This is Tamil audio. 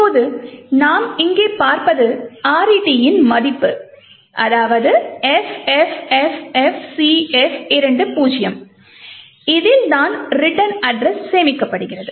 இப்போது நாம் இங்கே பார்ப்பது RET யின் மதிப்பு FFFFCF20 இதில்தான் ரிட்டர்ன் அட்ரஸ் சேமிக்கப்படுகிறது